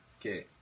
Okay